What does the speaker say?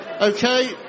okay